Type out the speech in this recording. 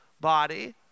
body—